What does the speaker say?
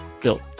Built